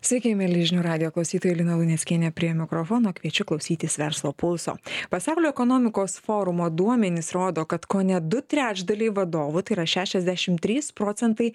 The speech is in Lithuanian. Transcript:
sveiki mieli žinių radijo klausytojai lina luneckienė prie mikrofono kviečiu klausytis verslo pulso pasaulio ekonomikos forumo duomenys rodo kad kone du trečdaliai vadovų tai yra šešiasdešim trys procentai